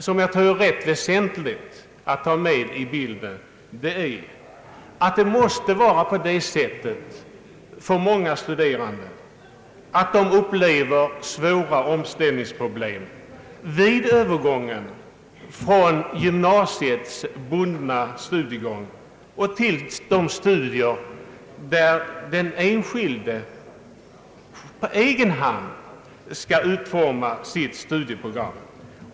Det är rätt väsentligt att ha med i bilden att många studerande rå kar ut för omställningsproblem vid övergången från gymnasiets bundna studiegångar till studier där den studerande på egen hand skall utforma sitt studieprogram.